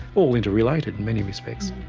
all interrelated in many respects.